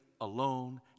alone